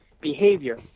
behavior